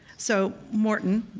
so morton,